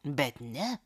bet ne